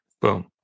Boom